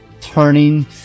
turning